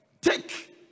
take